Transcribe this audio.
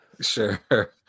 Sure